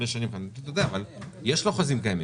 אתה יודע יש לו חוזים קיימים,